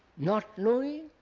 not knowing